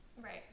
Right